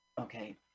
Okay